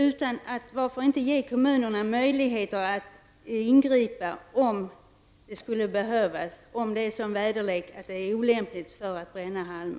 Vi ser ingen annan möjlighet än att kommunerna skall ges möjlighet att ingripa om det behövs, om det är sådan väderlek att det är olämpligt att bränna halm.